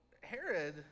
Herod